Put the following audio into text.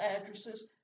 addresses